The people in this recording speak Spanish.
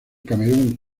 camerún